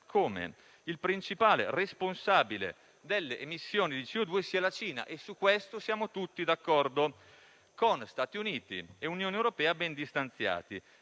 come il principale responsabile delle emissioni di CO2 sia la Cina - su questo siamo tutti d'accordo - con Stati Uniti e Unione europea ben distanziati.